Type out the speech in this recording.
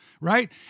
right